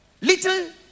Little